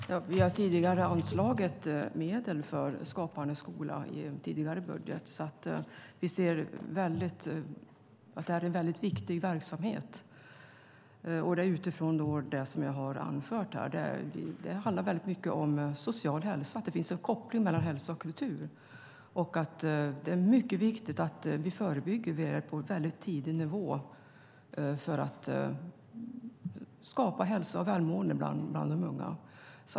Herr talman! Vi har tidigare i vår budgetmotion anslagit medel för Skapande skola. Vi anser att detta är en mycket viktig verksamhet utifrån det som jag har anfört. Det handlar mycket om social hälsa, och det finns en koppling mellan hälsa och kultur. Det är mycket viktigt att vi i ett tidigt skede arbetar förebyggande för att skapa hälsa och välmående bland de unga.